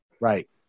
Right